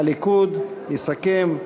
הליכוד יסכם,